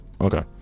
Okay